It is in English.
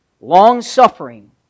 long-suffering